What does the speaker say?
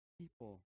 people